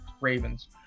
Ravens